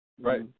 Right